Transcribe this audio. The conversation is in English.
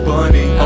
Bunny